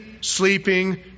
sleeping